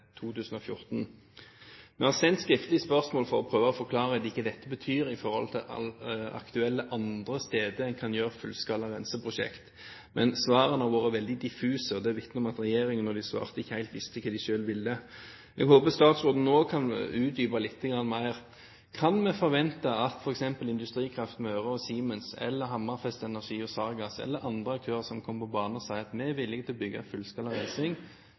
2014. Vi har sendt skriftlig spørsmål for å prøve å få klarhet i hva dette betyr, i forhold til andre aktuelle steder en kan gjøre fullskala renseprosjekter. Men svarene har vært veldig diffuse, og det vitner om at regjeringen, da den svarte, ikke helt visste hva den selv ville. Jeg håper at statsråden nå kan utdype litt mer: Kan vi forvente at f.eks. Industrikraft Møre og Siemens, eller Hammerfest Energi og Sargas, eller andre aktører, kommer på banen og sier at vi er villige til å bygge fullskala